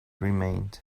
remained